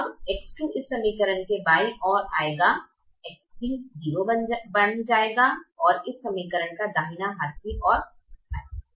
अब X2 इस समीकरण के बाईं ओर आएगा X3 यह 0 बन जाएगा और इस समीकरण का दाहिना हाथ की ओर जाएगा